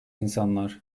insanlar